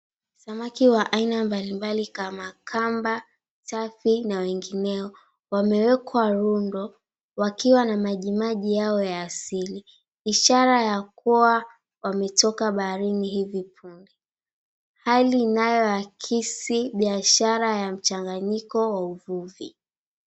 Samaki wa aina mbali mbali, kama kamba, tafi na wengineo, wamewekwa rundo, wakiwa na maji yao ya asili, ishara ya kuwa wametoka baharini hivi punde, hali inayoakisi biashara ya mchanganyiko wa uvivu.